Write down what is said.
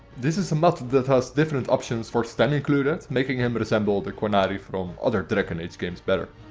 this is a mod that has different options for sten included, making him but resemble the qunari from other dragon age games better.